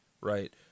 right